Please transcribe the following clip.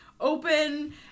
open